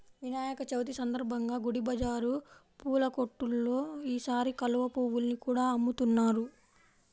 వినాయక చవితి సందర్భంగా గుడి బజారు పూల కొట్టుల్లో ఈసారి కలువ పువ్వుల్ని కూడా అమ్ముతున్నారు